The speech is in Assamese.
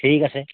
ঠিক আছে